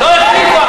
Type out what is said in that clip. לא החליפו.